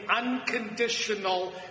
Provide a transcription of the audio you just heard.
unconditional